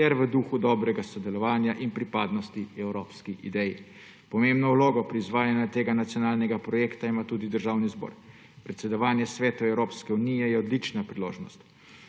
ter v duhu dobrega sodelovanja in pripadnosti evropski ideji. Pomembno vlogo pri izvajanju tega nacionalnega projekta ima tudi Državni zbor. Predsedovanje Svetu Evropske unije je odlična priložnost,